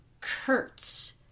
Kurtz